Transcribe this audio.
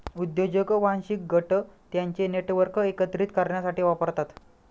उद्योजक वांशिक गट त्यांचे नेटवर्क एकत्रित करण्यासाठी वापरतात